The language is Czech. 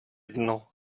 dno